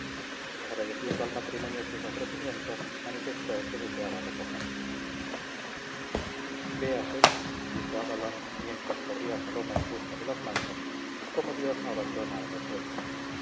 agradeciendo al matrimonio sus ofrecimientos manifestó que deseaba recogerse véase dijo a galán mientras corría saloma en busca de las mantas cómo dios no abandona a los buenos